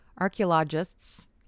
archaeologists